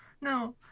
No